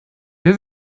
der